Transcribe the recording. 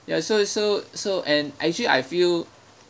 ya so so so and actually I feel